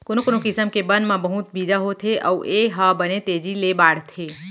कोनो कोनो किसम के बन म बहुत बीजा होथे अउ ए ह बने तेजी ले बाढ़थे